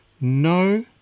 No